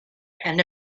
and